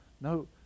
No